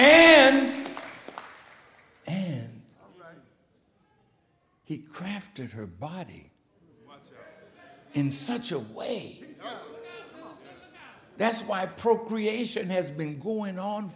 then he crafted her body in such a way that's why procreation has been going on